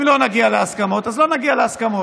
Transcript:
אם לא נגיע להסכמות, אז לא נגיע להסכמות.